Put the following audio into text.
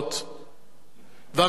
והממשלה הנוכחית,